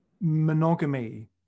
monogamy